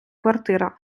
квартира